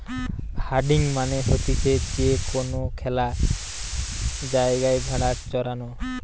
herding মানে হতিছে যে কোনো খ্যালা জায়গায় ভেড়া চরানো